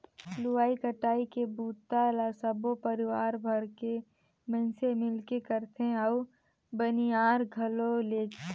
लुवई कटई के बूता ल सबो परिवार भर के मइनसे मिलके करथे अउ बनियार घलो लेजथें